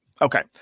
Okay